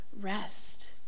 rest